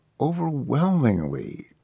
overwhelmingly